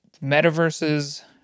metaverse's